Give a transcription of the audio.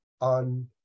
on